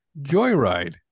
Joyride